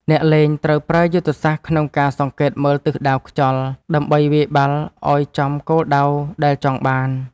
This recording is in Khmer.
អ្នកលេងត្រូវប្រើយុទ្ធសាស្ត្រក្នុងការសង្កេតមើលទិសដៅខ្យល់ ដើម្បីវាយបាល់ឱ្យចំគោលដៅដែលចង់បាន។